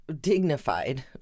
dignified